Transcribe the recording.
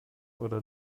oder